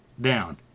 down